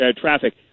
traffic